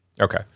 okay